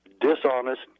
dishonest